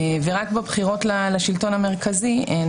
ורק בבחירות לשלטון המרכזי הן